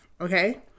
okay